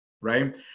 Right